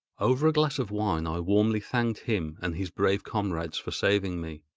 over a glass of wine i warmly thanked him and his brave comrades for saving me.